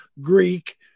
Greek